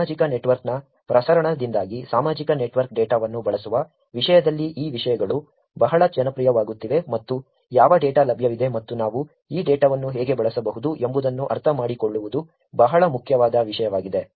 ಸಾಮಾಜಿಕ ನೆಟ್ವರ್ಕ್ನ ಪ್ರಸರಣದಿಂದಾಗಿ ಸಾಮಾಜಿಕ ನೆಟ್ವರ್ಕ್ ಡೇಟಾವನ್ನು ಬಳಸುವ ವಿಷಯದಲ್ಲಿ ಈ ವಿಷಯಗಳು ಬಹಳ ಜನಪ್ರಿಯವಾಗುತ್ತಿವೆ ಮತ್ತು ಯಾವ ಡೇಟಾ ಲಭ್ಯವಿದೆ ಮತ್ತು ನಾವು ಈ ಡೇಟಾವನ್ನು ಹೇಗೆ ಬಳಸಬಹುದು ಎಂಬುದನ್ನು ಅರ್ಥಮಾಡಿಕೊಳ್ಳುವುದು ಬಹಳ ಮುಖ್ಯವಾದ ವಿಷಯವಾಗಿದೆ